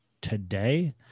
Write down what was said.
today